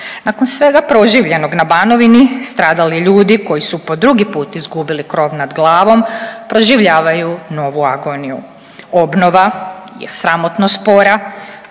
Nakon svega proživljenog na Banovini stradali ljudi koji su po drugi put izgubili krov nad glavom proživljavaju novu agoniju. Obnova je sramotno spora